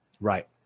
Right